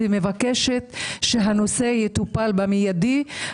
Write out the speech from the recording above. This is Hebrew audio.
אני מבקשת שהנושא יטופל באופן מיידי.